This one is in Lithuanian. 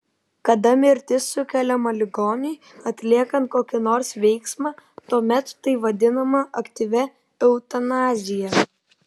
kada mirtis sukeliama ligoniui atliekant kokį nors veiksmą tuomet tai vadinama aktyvia eutanazija